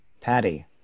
Patty